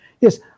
yes